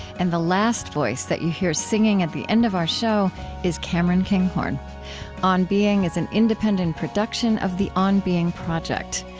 and the last voice that you hear singing at the end of our show is cameron kinghorn on being is an independent production of the on being project.